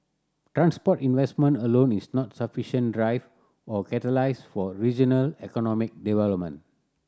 transport investment alone is not sufficient driver or catalyst for regional economic development